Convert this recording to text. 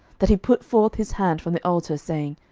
that he put forth his hand from the altar, saying,